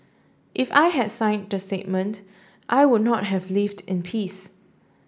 if I had signed that statement I would not have lived in peace